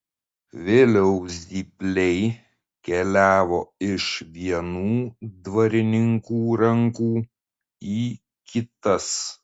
vėliau zypliai keliavo iš vienų dvarininkų rankų į kitas